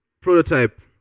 prototype